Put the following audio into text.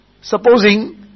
supposing